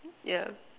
yeah